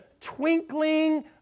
twinkling